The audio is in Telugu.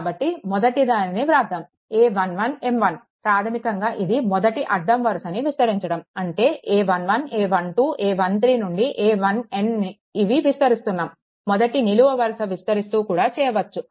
కాబట్టి మొదటి దానిని వ్రాద్దాము a11M1 ప్రాధమికంగా ఇది మొదటి అడ్డం వరుసని విస్తరించడం అంటే a11 a12 a13 నుండి a1n ఇవి విస్తరిస్తున్నాము మొదటి నిలువ వరుస విస్తరిస్తూ కూడా చేయవచ్చు